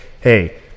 hey